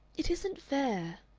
it isn't fair.